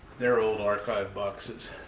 their old archive boxes.